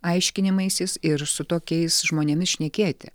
aiškinimaisiais ir su tokiais žmonėmis šnekėti